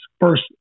first